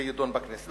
זה יידון בכנסת.